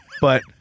but-